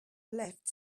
left